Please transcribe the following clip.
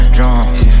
Drums